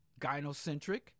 gynocentric